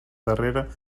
darrere